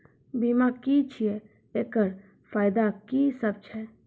बीमा की छियै? एकरऽ फायदा की सब छै?